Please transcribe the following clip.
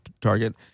target